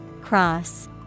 Cross